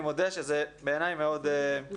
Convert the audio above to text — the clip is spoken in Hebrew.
אני מודה שבעיניי זה מאוד מוזר.